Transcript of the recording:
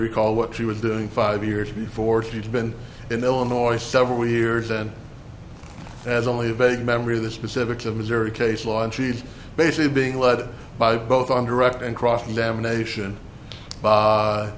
recall what she was doing five years before she's been in the illinois several years and has only a vague memory of the specifics of missouri case law and she's basically being led by both on direct and cross examination by